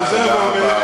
מיכל, תודה רבה.